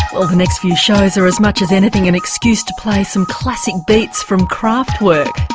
next few shows are as much as anything an excuse to play some classsic beats from kraftwerk.